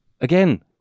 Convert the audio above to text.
Again